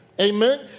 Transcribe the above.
Amen